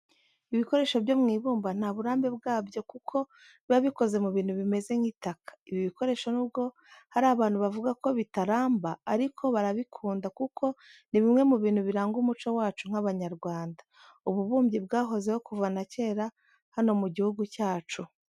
Ibikoresho byo mu ibumba nta burambe bwabyo kuko biba bikoze mu bintu bimeze nk'itaka. Ibi bikoresho nubwo hari abantu bavuga ko bitaramba ariko barabikunda kuko ni bimwe mu bintu biranga umuco wacu nk'Abanyarwanda. Ububumbyi bwahozeho kuva na kera hano mu gihugu cyacu.